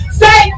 say